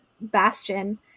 Bastion